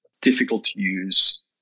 difficult-to-use